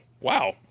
Wow